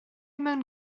mewn